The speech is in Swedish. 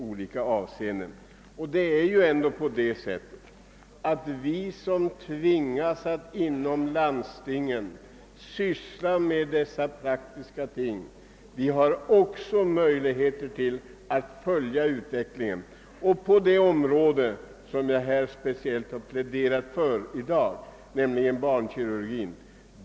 Vi som inom landstingen sysslar med alla dessa praktiska ting har också möjligheter att följa utvecklingen på det område som jag i dag har pläderat speciellt för, nämligen barnkirurgin.